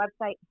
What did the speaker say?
website